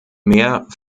mehr